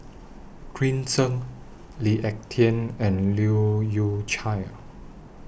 Green Zeng Lee Ek Tieng and Leu Yew Chye